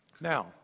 Now